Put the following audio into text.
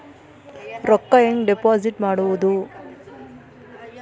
ರೊಕ್ಕ ಹೆಂಗೆ ಡಿಪಾಸಿಟ್ ಮಾಡುವುದು?